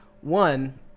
One